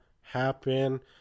happen